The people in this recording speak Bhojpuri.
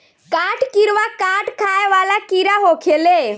काठ किड़वा काठ खाए वाला कीड़ा होखेले